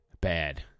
Bad